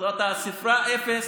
זאת הספרה אפס,